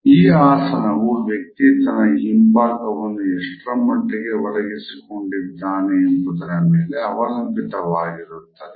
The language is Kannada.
ಈ ಆಸನವು ವ್ಯಕ್ತಿ ತನ್ನ ಹಿಂಬಾಗವನ್ನು ಎಷ್ಟರ ಮಟ್ಟಿಗೆ ಒರಗಿಸಿಕೊಂಡಿದ್ದಾನೆ ಎಂಬುದರ ಮೇಲೆ ಅವಲಂಬಿತವಾಗಿದೆ